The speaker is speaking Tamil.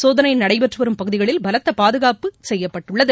சோதனை நடைபெற்று வரும் பகுதிகளில் பலத்த பாதுகாப்பு செய்யப்பட்டுள்ளது